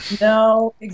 no